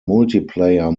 multiplayer